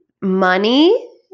money